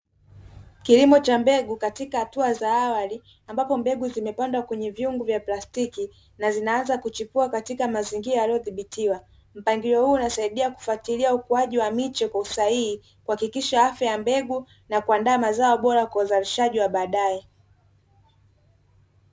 Kilimo cha mbegu katika hatua za awali ambapo mbegu zimepandwa kwenye vyungu vya plastiki na zinaanza kuchipua katika mazingira yaliyodhibitiwa, mpango huu unasaidia kufuatilia ukuaji wa miche kwa usahihi kuhakikisha afya ya mbegu na kuandaa mazao bora kwa uzalishaji wa baadaye.